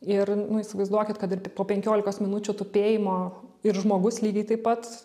ir nu įsivaizduokit kad ir po penkiolikos minučių tupėjimo ir žmogus lygiai taip pat